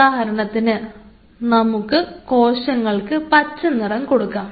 ഉദാഹരണത്തിന് നമുക്ക് കോശങ്ങൾക്ക് പച്ചനിറം കൊടുക്കാം